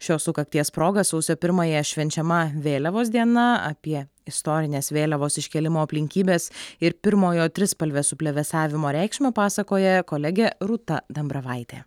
šios sukakties proga sausio pirmąją švenčiama vėliavos diena apie istorinės vėliavos iškėlimo aplinkybes ir pirmojo trispalvės suplevėsavimo reikšmę pasakoja kolegė rūta dambravaitė